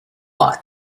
ought